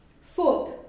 Fourth